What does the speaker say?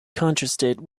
contrasted